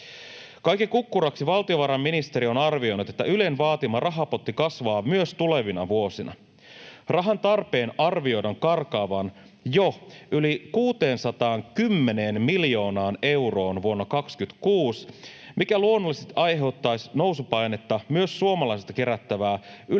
Kaiken kukkuraksi valtiovarainministeri on arvioinut, että Ylen vaatima rahapotti kasvaa myös tulevina vuosina. Rahan tarpeen arvioidaan karkaavan jo yli 610 miljoonaan euroon vuonna 26, mikä luonnollisesti aiheuttaisi nousupainetta myös suomalaisilta kerättävää Yle-veroa